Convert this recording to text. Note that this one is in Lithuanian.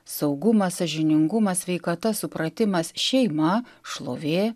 saugumas sąžiningumas sveikata supratimas šeima šlovė